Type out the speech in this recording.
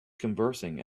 conversing